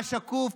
מה שקוף,